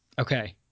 Okay